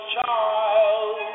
child